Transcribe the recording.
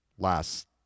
last